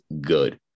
good